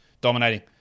dominating